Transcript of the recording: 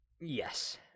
yes